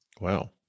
Wow